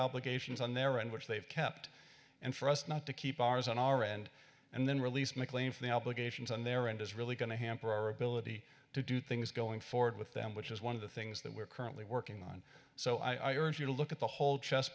obligations on their own which they've kept and for us not to keep ours on our end and then release mclean for the obligations on their end is really going to hamper our ability to do things going forward with them which is one of the things that we're currently working on so i urge you to look at the whole chess